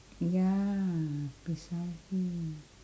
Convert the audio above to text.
ya precisely